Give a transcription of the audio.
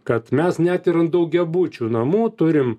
kad mes net ir ant daugiabučių namų turim